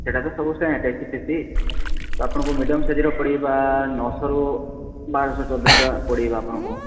ସେଟା ତ ସବୁ ସେମ୍ ତ ଆପଣଙ୍କୁ ମିଡିୟମ୍ ସାଇଜ୍ର ପଡ଼ିବା ନଅଶହରୁ ବାରଶହ ଟଙ୍କା ଭିତରେ ପଡ଼ିଯିବ ଆପଣଙ୍କୁ